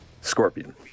Scorpion